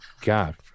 God